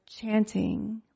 chanting